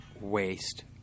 waste